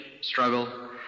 struggle